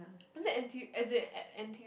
is that N_T_U as in N N_T_U